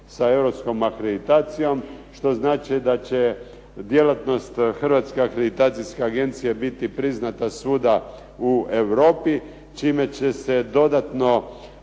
sa europskom akreditacijom, što znači da će djelatnost Hrvatske akreditacijske agencije biti priznata svuda u Europi, čime će se dodatno